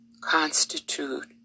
constitute